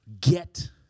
get